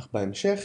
אך בהמשך